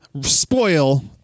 spoil